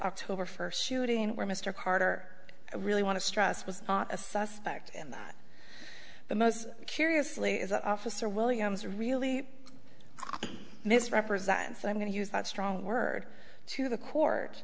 october first shooting where mr carter really want to stress was not a suspect and that the most curiously is an officer williams really misrepresents i'm going to use that strong word to the court